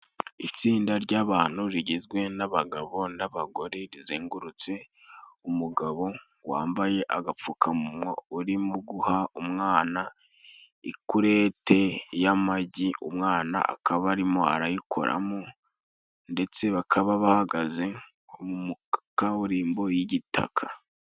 Itsinda ry'abantu rigizwe n'abagabo n'abagore rizengurutse umugabo wambaye agapfukamunwa, urimo guha umwana ikulete y'amagi, umwana akaba arimo arayikoramo, ndetse bakaba bahagaze mu kaburimbo y'igitaka.